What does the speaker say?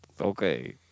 Okay